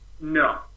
No